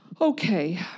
Okay